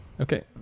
Okay